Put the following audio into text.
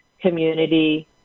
community